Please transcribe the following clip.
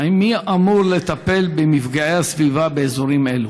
מי אמור לטפל במפגעי הסביבה באזורים אלו?